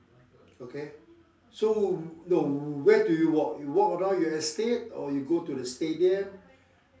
okay so no where do you walk you walk around your estate or you go to the stadium